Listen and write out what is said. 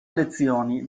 lezioni